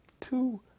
two